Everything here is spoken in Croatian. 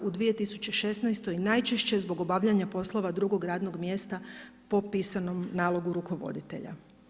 U 2016. najčešće zbog obavljanja poslova drugog radnog mjesta po pisanom nalogu rukovoditelja.